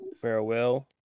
Farewell